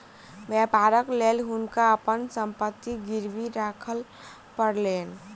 व्यापारक लेल हुनका अपन संपत्ति गिरवी राखअ पड़लैन